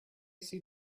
see